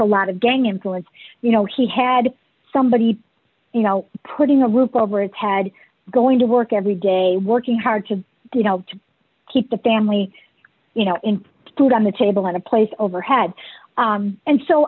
a lot of gang employees you know he had somebody you know putting a roof over its had going to work every day working hard to do you know to keep the family you know in good on the table in a place overhead and so